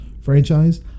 franchise